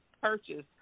purchase